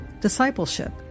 Discipleship